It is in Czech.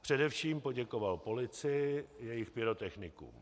Především poděkoval policii, jejich pyrotechnikům.